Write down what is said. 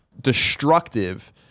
destructive